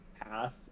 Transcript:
path